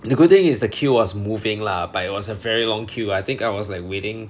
the good thing is the queue was moving lah but it was a very long queue I think I was like waiting